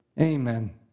Amen